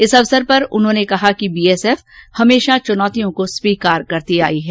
इसअवसर पर उन्होंने कहा कि बीएसएफ हमेशा चूनौतियों को स्वीकार करती आयी है